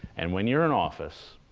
and when you're in office,